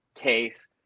case